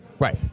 Right